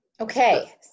Okay